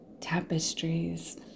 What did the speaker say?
tapestries